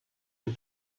ein